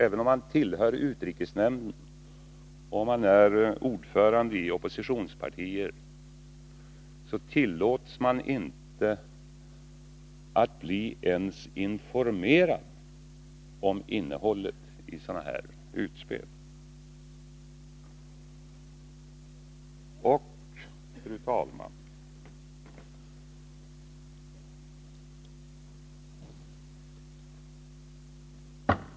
Även om man tillhör utrikesnämnden eller om man är ordförande i oppositionspartier tillåts man inte bli ens informerad om innehållet beträffande sådana här utspel. Fru talman!